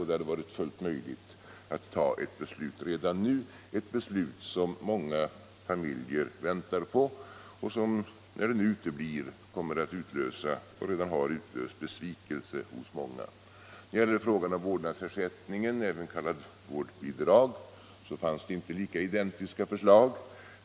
Det hade varit möjligt att ta ett beslut redan nu, ett beslut som många familjer väntar på och som, när det nu uteblir, kommer att utlösa och redan har utlöst besvikelse hos många. När det gäller vårdnadsersättningen, även kallad vårdnadsbidrag, fanns det inte några identiska förslag.